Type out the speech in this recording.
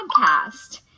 podcast